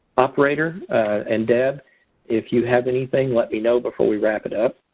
operator and deb if you have anything let me know before we wrap it up.